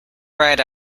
ride